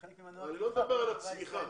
אני לא מדבר על הצמיחה.